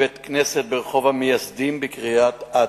בית-כנסת ברחוב המייסדים בקריית-אתא.